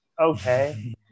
Okay